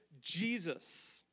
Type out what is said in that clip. Jesus